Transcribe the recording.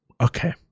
Okay